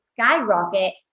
skyrocket